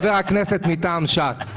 חבר הכנסת מטעם ש"ס.